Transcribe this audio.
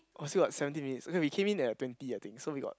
oh still got seventeen minutes okay we came in at like twenty I think so we got